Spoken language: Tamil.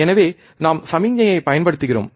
எனவே நாம் சமிக்ஞையைப் பயன்படுத்துகிறோம்